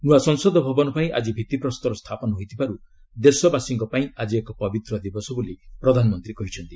ନୂଆ ସଂସଦ ଭବନ ପାଇଁ ଆଜି ଭିଭିପ୍ରସ୍ତର ସ୍ଥାପନ ହୋଇଥିବାରୁ ଦେଶବାସୀଙ୍କ ପାଇଁ ଆଜି ଏକ ପବିତ୍ର ଦିବସ ବୋଲି ପ୍ରଧାନମନ୍ତ୍ରୀ କହିଛନ୍ତି